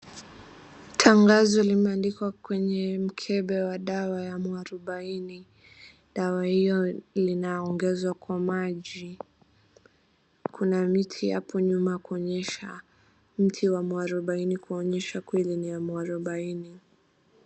Tangazo limeandikwa kwenye mkembe wa dawa ya Muarubaini. Dawa hilo linaongezwa kwa maji. Kuna miti hapo nyuma kuonyesha mti wa muarubaini kuonyesha kuwa ni ya muarubaini.